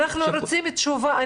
אנחנו רוצים תשובה.